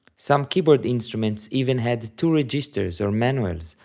some keyboard instruments even had two registers, or manuals,